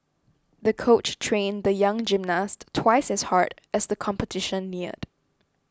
the coach trained the young gymnast twice as hard as the competition neared